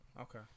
Okay